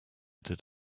did